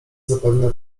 zapewne